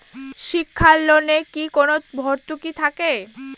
শিক্ষার লোনে কি কোনো ভরতুকি থাকে?